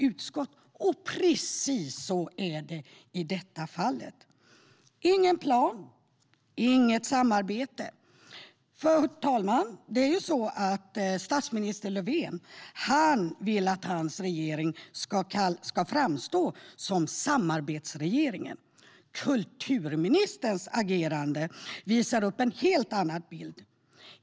Det har inte funnits någon plan och inget samarbete. Herr talman! Statsminister Löfven vill att hans regering ska framstå som samarbetsregeringen. Kulturministerns agerande visar upp en helt annan bild.